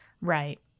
Right